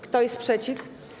Kto jest przeciw?